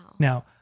Now